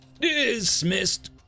Dismissed